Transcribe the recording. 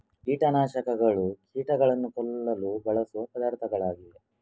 ಕೀಟ ನಾಶಕಗಳು ಕೀಟಗಳನ್ನು ಕೊಲ್ಲಲು ಬಳಸುವ ಪದಾರ್ಥಗಳಾಗಿವೆ